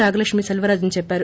నాగలక్ష్మి సెల్వరాజన్ చెప్పారు